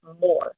more